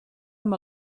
amb